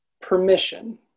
permission